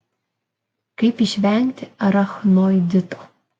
kaip išvengti arachnoidito